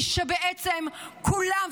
כולם,